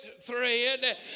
thread